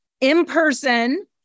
in-person